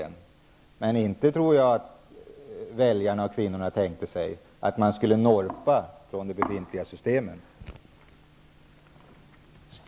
Men inte tror jag att kvinnorna tänkte sig att man skulle norpa från det befintliga systemet.